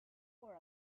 for